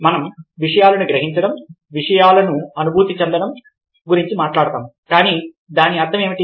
మనం విషయాలను గ్రహించడం విషయాలను అనుభూతి చెందడం గురించి మాట్లాడుతాము కానీ దాని అర్థం ఏమిటి